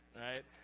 right